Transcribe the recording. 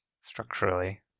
Structurally